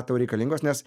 tau reikalingos nes